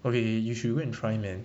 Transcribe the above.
okay you should go and try man